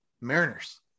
Mariners